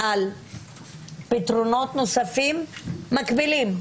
על פתרונות נוספים מקבילים.